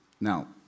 Now